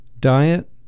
diet